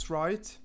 right